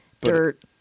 Dirt